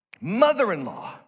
mother-in-law